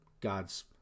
God's